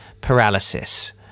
paralysis